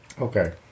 Okay